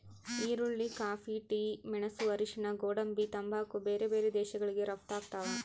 ಈರುಳ್ಳಿ coffee tea ಮೆಣಸು ಅರಿಶಿಣ ಗೋಡಂಬಿ ತಂಬಾಕು ಬೇರೆ ಬೇರೆ ದೇಶಗಳಿಗೆ ರಪ್ತಾಗ್ತಾವ